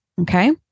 Okay